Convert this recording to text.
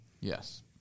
Yes